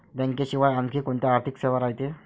बँकेशिवाय आनखी कोंत्या आर्थिक सेवा रायते?